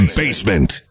basement